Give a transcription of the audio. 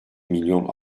milyon